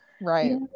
right